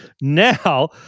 now